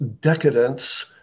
decadence